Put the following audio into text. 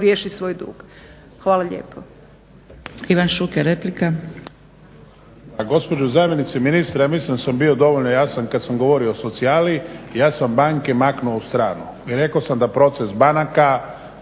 riješi svoj dug. Hvala lijepo.